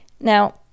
Now